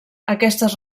aquestes